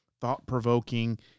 thought-provoking